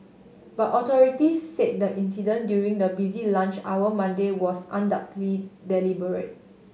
but authorities said the incident during the busy lunch hour Monday was undoubtedly deliberate